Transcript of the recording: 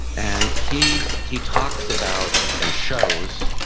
and he he talks about, and shows,